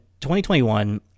2021